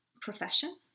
profession